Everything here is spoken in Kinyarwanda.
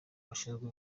gashinzwe